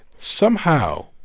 somehow,